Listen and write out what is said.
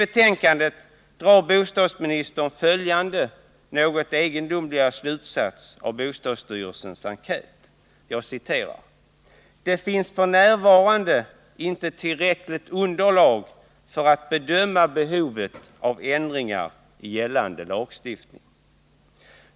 Där drar bostadsministern följande något egendomliga slutsats av bostadsstyrelsens enkät, nämligen att det f. n. inte finns tillräckligt underlag för att bedöma behovet av ändringar i gällande lagstiftning.